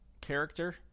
character